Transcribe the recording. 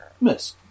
Miss